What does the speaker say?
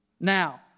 Now